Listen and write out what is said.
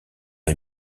est